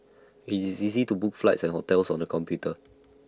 IT is easy to book flights and hotels on the computer